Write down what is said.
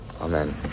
Amen